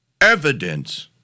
evidence